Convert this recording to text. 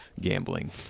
gambling